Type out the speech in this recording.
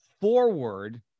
forward